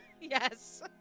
Yes